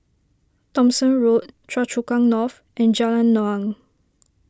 Thomson Road Choa Chu Kang North and Jalan Naung